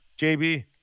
JB